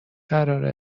قراره